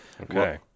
Okay